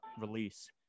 release